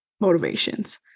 motivations